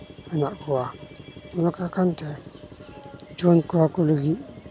ᱢᱮᱱᱟᱜ ᱠᱚᱣᱟ ᱱᱚᱣᱟ ᱠᱚ ᱠᱟᱱᱛᱮ ᱡᱩᱣᱟᱹᱱ ᱠᱚᱲᱟᱼᱠᱩᱲᱤ ᱞᱟᱹᱜᱤᱫ